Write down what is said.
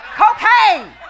cocaine